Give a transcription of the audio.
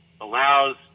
allows